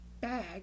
bag